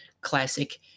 classic